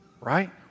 right